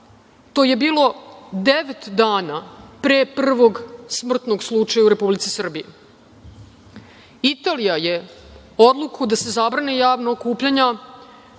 To je bilo devet dana pre prvog smrtnog slučaja u Republici Srbiji. Italija je odluku da se zabrane javna okupljanja